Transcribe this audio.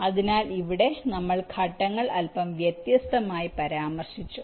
അതിനാൽ ഇവിടെ നമ്മൾ ഘട്ടങ്ങൾ അല്പം വ്യത്യസ്തമായി പരാമർശിച്ചു